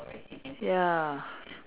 ya